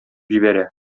җибәрә